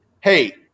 hey